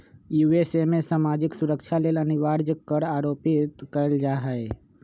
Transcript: USA में सामाजिक सुरक्षा लेल अनिवार्ज कर आरोपित कएल जा हइ